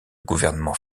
gouvernement